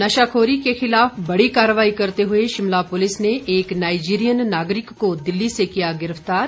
नशाखोरी के खिलाफ बड़ी कार्रवाई करते हुए शिमला पुलिस ने एक नाईजीरियन नागरिक को दिल्ली से किया गिरफ्तार